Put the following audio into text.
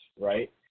right